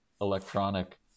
electronic